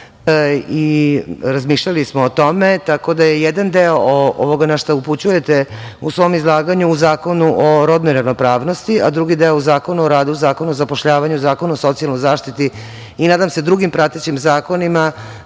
Razmišljali smo o tome, tako da jedan deo ovoga na šta upućujete u svom izlaganju u Zakonu o rodnoj ravnopravnosti, a drugi deo u Zakonu o radu, Zakonu o zapošljavanju, Zakon o socijalnoj zaštiti i nadam se drugim pratećim zakonima